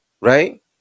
Right